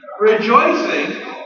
rejoicing